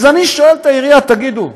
אז אני שואל את העיריה, תגידו,